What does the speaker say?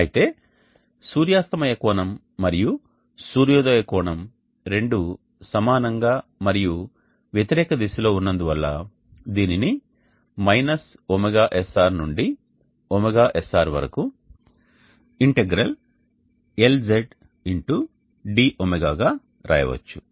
అయితే సూర్యాస్తమయ కోణం మరియు సూర్యోదయ కోణం రెండూ సమానంగా మరియు వ్యతిరేక దిశలో ఉన్నందువల్ల దీనిని ωSR నుండి ωSR వరకు ഽ LZ x dω గా రాయవచ్చు